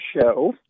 show